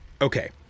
Okay